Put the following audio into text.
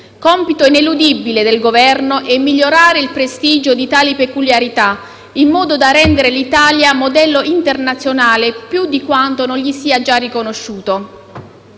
Compito ineludibile del Governo è migliorare il prestigio di tali peculiarità in modo da rendere l'Italia modello internazionale più di quanto non gli sia già riconosciuto.